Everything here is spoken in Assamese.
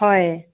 হয়